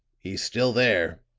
he's still there,